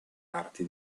arti